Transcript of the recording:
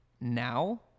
now